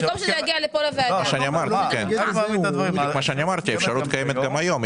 כפי שאמרתי, האפשרות קיימת גם היום.